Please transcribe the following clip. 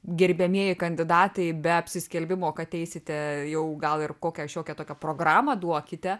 gerbiamieji kandidatai be apsiskelbimo kad eisite jau gal ir kokią šiokią tokią programą duokite